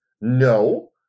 No